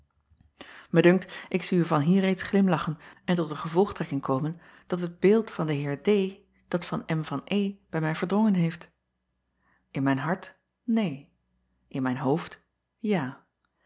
dunkt ik zie u vanhier reeds glimlachen en tot de gevolgtrekking komen dat het beeld van den eer dat van v bij mij verdrongen heeft n mijn hart neen in mijn hoofd ja